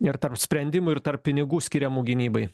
ir tarp sprendimų ir tarp pinigų skiriamų gynybai